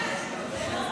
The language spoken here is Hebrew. זה לא